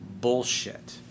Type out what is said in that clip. bullshit